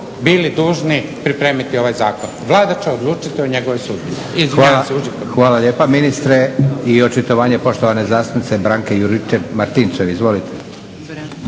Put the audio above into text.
bili dužni pripremiti ovaj zakon. vlada će odlučiti o njegovoj sudbini. **Leko, Josip (SDP)** Hvala lijepa ministre. I očitovanje poštovane zastupnice Branke Juričev-Martinčev. Izvolite.